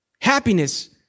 Happiness